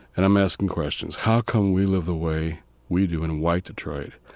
and i'm asking questions how come we live the way we do in white detroit?